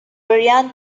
brian